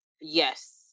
Yes